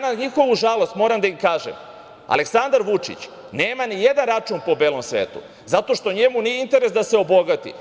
Na njihovu žalost, moram da im kažem da Aleksandar Vučić nema nijedan račun po belom svetu zato što njemu nije interes da se obogati.